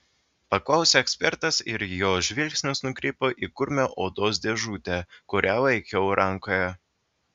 paklausė ekspertas ir jo žvilgsnis nukrypo į kurmio odos dėžutę kurią laikiau rankoje